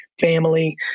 Family